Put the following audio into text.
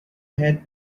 had